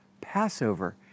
Passover